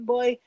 Boy